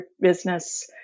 business